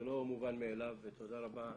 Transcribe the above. זה לא מובן מאליו ותודה רבה.